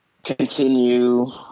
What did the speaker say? Continue